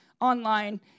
online